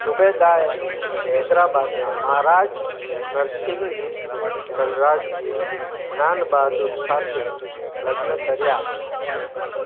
ઝુબેદાએ હૈદરાબાદના મહારાજ નરસિંગિર ધનરાજગિર જ્ઞાન બહાદૂર સાથે લગ્ન કર્યાં